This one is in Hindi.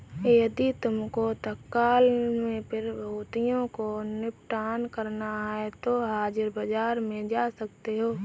यदि तुमको तत्काल में प्रतिभूतियों को निपटान करना है तो हाजिर बाजार में जा सकते हो